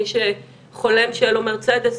מי שחולם שיהיה לו מרצדס,